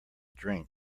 drink